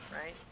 right